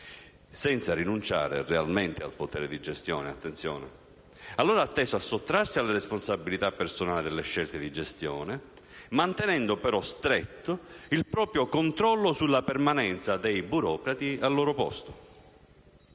(senza rinunciare realmente al potere di gestione, attenzione) e allora ha teso a sottrarsi alle responsabilità personali delle scelte di gestione, mantenendo però stretto il proprio controllo sulla permanenza dei burocrati al loro posto.